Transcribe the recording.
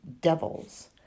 devils